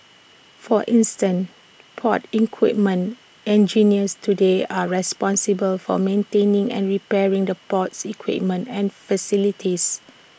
for instance port equipment engineers today are responsible for maintaining and repairing the port's equipment and facilities